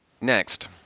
Next